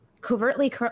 covertly